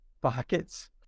pockets